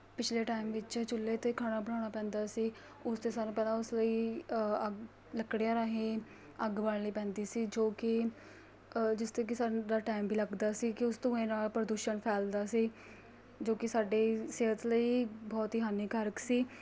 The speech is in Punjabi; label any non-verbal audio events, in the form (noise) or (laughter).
ਪਿਛਲੇ ਟਾਇਮ ਵਿੱਚ ਚੁੱਲੇ 'ਤੇ ਖਾਣਾ ਬਣਾਉਣਾ ਪੈਂਦਾ ਸੀ ਉਸ ਦੇ ਸਾਨੂੰ ਪਹਿਲਾਂ ਉਸ ਲਈ ਅਗ ਲੱਕੜੀਆਂ ਰਾਹੀਂ ਅੱਗ ਬਾਲਣੀ ਪੈਂਦੀ ਸੀ ਜੋ ਕਿ ਜਿਸ 'ਤੇ ਕਿ ਸਾਨੂੰ (unintelligible) ਟਾਇਮ ਵੀ ਲੱਗਦਾ ਸੀ ਕਿ ਉਸ ਧੂੰਏ ਨਾਲ ਪ੍ਰਦੂਸ਼ਣ ਫੈਲਦਾ ਸੀ ਜੋ ਕਿ ਸਾਡੇ ਸਿਹਤ ਲਈ ਬਹੁਤ ਹੀ ਹਾਨੀਕਾਰਕ ਸੀ